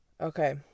Okay